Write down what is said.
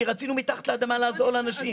רצינו מתחת לאדמה לעזור לאנשים.